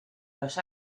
los